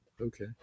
Okay